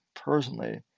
personally